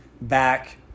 back